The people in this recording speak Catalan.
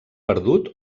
perdut